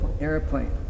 airplane